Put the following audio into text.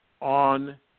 on